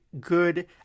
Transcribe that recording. good